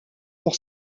pour